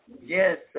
Yes